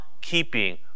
keeping